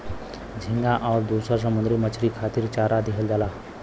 झींगा आउर दुसर समुंदरी मछरी खातिर चारा दिहल जाला